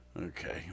Okay